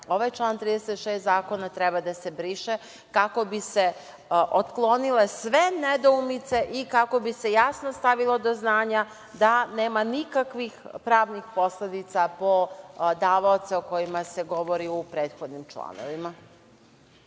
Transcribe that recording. ovaj član 36 zakona treba da se briše kako bi se otklonile sve nedoumice i kako bi se jasno stavilo do znanja da nema nikakvih pravnih posledica po davaoca, o kojima se govori u prethodnim članovima.